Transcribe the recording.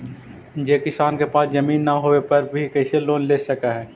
जे किसान के पास जमीन न होवे पर भी कैसे लोन ले सक हइ?